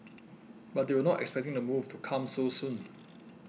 but they were not expecting the move to come so soon